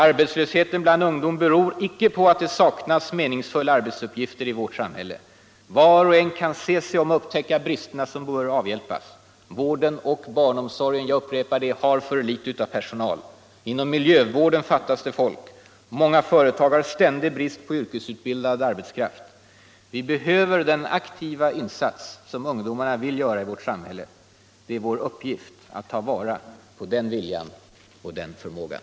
Arbetslösheten bland ungdom beror inte på att det saknas meningsfulla arbetsuppgifter i vårt samhälle. Var och en kan se sig om och upptäcka bristerna som bör avhjälpas. Vården och barnomsorgen — jag upprepar det — har för litet personal. Inom miljövården fattas det folk. Många företagare har ständig brist på yrkesutbildad arbetskraft. Vi behöver den aktiva insats som ungdomarna vill göra i vårt samhälle. Det är vår uppgift att ta vara på den viljan och den förmågan.